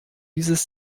dieses